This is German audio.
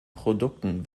produkten